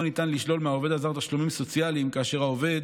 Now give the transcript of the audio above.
ניתן לשלול מהעובד הזר תשלומים סוציאליים כאשר העובד